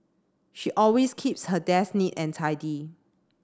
she always keeps her desk neat and tidy